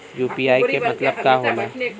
UPI के मतलब का होला?